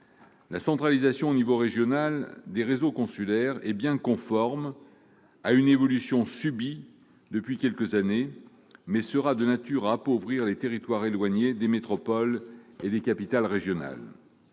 La centralisation à l'échelon régional des réseaux consulaires est ainsi conforme à une évolution subie depuis quelques années, mais elle sera de nature à appauvrir les territoires éloignés des métropoles et des capitales régionales.